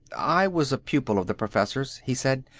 i was a pupil of the professor's, he said.